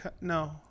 no